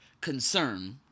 concern